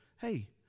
hey